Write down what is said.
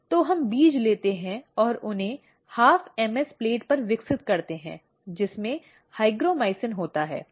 तो हम बीज लेते हैं और उन्हें 12 MS प्लेट पर विकसित करते हैं जिसमें हाइग्रोमाइसिन होता है